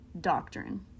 doctrine